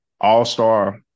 All-Star